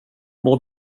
mår